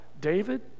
David